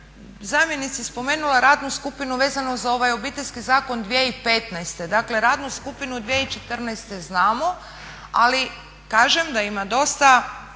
zamjenici spomenula radnu skupinu vezano za ovaj Obiteljski zakon 2015., dakle radnu skupinu 2014. znamo ali kažem da ima dosta